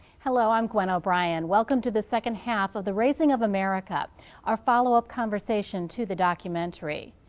hello, i'm gwen o'brien. welcome to the second half of the raising of america our follow-up conversation to the documentary.